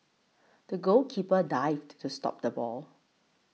the goalkeeper dived to stop the ball